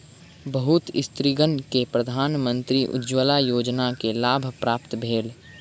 बहुत स्त्रीगण के प्रधानमंत्री उज्ज्वला योजना के लाभ प्राप्त भेल